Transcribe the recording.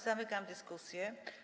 Zamykam dyskusję.